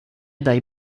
daj